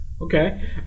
Okay